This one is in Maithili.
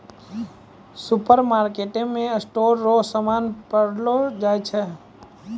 सुपरमार्केटमे स्टोर रो समान पैलो जाय छै